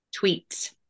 tweets